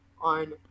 on